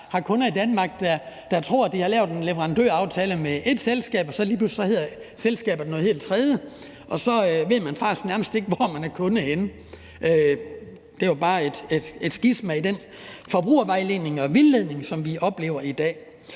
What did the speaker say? har kunder i Danmark, der tror, at de har lavet en leverandøraftale med et selskab, og så lige pludselig hedder selskabet noget helt andet, og så ved man faktisk nærmest ikke, hvor man er kunde henne. Det er jo bare ét skisma i forbindelse med den forbrugervejledning og -vildledning, som vi oplever i dag.